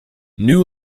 new